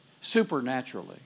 supernaturally